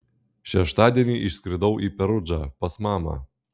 šeštadienį išskridau į perudžą pas mamą